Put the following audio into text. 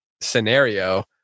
scenario